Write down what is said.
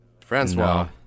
Francois